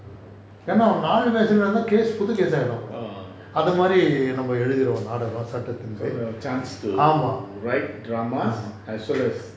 என்ன அவன் மாறு வேசத்துல இருந்தா அது புது:enna avan maaru vesathula iruntha athu puthu case ஆயிடும் அப்புறம் அது மாரி நாடகம் அழுச்சிடுவோம் சட்டத்தின் கீழ் அம்மா:aayidum appuram athu maari nadagam azhuthiduvom sattathin keezh aama